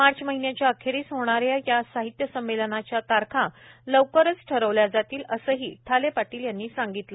मार्च महिन्याच्या अखेरीस होणाऱ्या या साहित्य संमेलनाच्या तारखा लवकरच निश्चित केल्या जातील असंही ठाले पाटील यांनी सांगितलं